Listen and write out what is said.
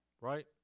right